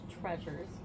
treasures